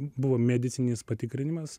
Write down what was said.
buvo medicininis patikrinimas